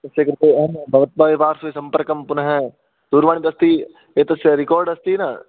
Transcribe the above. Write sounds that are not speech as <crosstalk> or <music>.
तस्य कृते अहं <unintelligible> सम्पर्कं पुनः दूरवाणी यदस्ति एतस्य रेकार्ड् अस्ति न